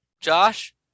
Josh